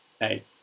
Hey